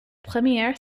première